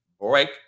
break